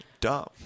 Dumb